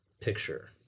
picture